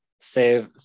save